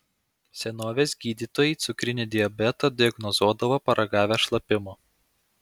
senovės gydytojai cukrinį diabetą diagnozuodavo paragavę šlapimo